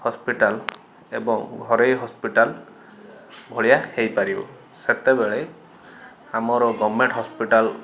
hospital ଏବଂ ଘରୋଇ hospital ଭଳିଆ ହେଇପାରିବ ସେତେବେଳେ ଆମର ଗଭର୍ଣ୍ଣମେଣ୍ଟ ହସ୍ପିଟାଲ